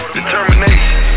Determination